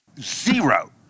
zero